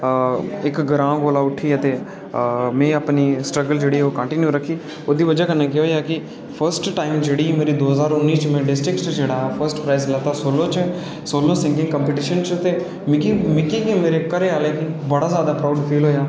इक ग्राँ कौलां उठियां मे अपनी स्ट्रगल जेह्ड़ी ऐ कंटिन्यू रक्खी ऐ ओह्दी बजाह् नै केह् होआ कि फर्स्ट टाइम जेह्ड़ी एह् कि दो हज़ार उन्नी च मे डिस्ट्रिक्ट च जेह्ड़ा ऐ कि सोलो सिंगगिंग च फर्स्ट प्राईज़ लैता मिगी ते मेरे घरै आह्लें गी बड़ा प्राउड़ फील होआ